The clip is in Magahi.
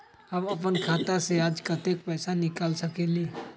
हम अपन खाता से आज कतेक पैसा निकाल सकेली?